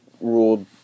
ruled